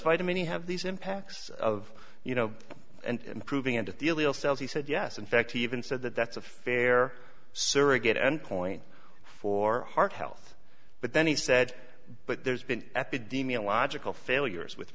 vitamin e have these impacts of you know and improving end of the illegal cells he said yes in fact he even said that that's a fair surrogate endpoint for heart health but then he said but there's been epidemiological failures with